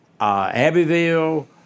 Abbeville